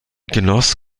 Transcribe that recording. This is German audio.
genoss